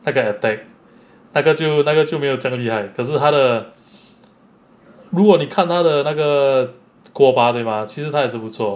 那个 attack 那个就那个就没有这样厉害可是他的如果你看他的那个锅巴对 mah 其实它也是不错